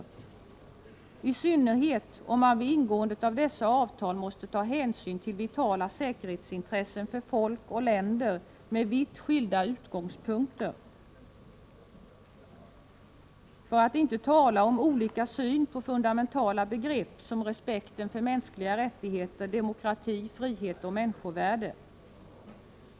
Det gäller i synnerhet om man vid ingåendet av dessa avtal måste ta hänsyn till vitala säkerhetsintressen för folk och länder med vitt skilda utgångspunkter, för att inte tala om olika syn på fundamentala begrepp som respekten för mänskliga rättigheter, demokrati, frihet och människovärde.